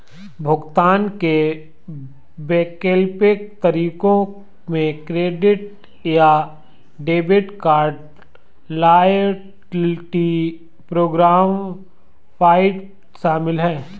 भुगतान के वैकल्पिक तरीकों में क्रेडिट या debit card, loyalty programme point शामिल है